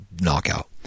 knockout